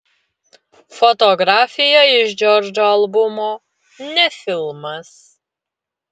fotografija iš džordžo albumo ne filmas